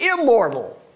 immortal